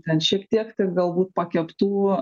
ten šiek tiek tik galbūt pakeptų